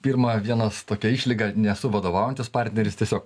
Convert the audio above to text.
pirma vienas tokia išlyga nesu vadovaujantis partneris tiesiog